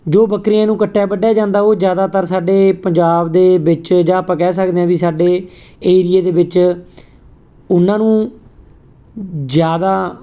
ਜੋ ਬੱਕਰੀਆਂ ਨੂੰ ਕੱਟਿਆ ਵੱਢਿਆ ਜਾਂਦਾ ਉਹ ਜ਼ਿਆਦਾਤਰ ਸਾਡੇ ਪੰਜਾਬ ਦੇ ਵਿੱਚ ਜਾਂ ਆਪਾਂ ਕਹਿ ਸਕਦੇ ਹਾਂ ਵੀ ਸਾਡੇ ਏਰੀਏ ਦੇ ਵਿੱਚ ਉਹਨਾਂ ਨੂੰ ਜ਼ਿਆਦਾ